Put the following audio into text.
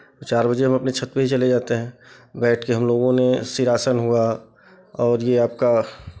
तो चार बजे हम अपने छत पे ही चले जाते हैं बैठ के हमलोगों ने सिराशन हुआ और ये आपका